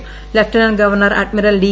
lieutenant governor admiral D